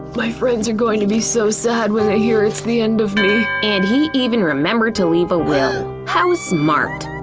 my friends are going to be so sad when they hear it's the end of me. and he even remembered to leave a will! how smart!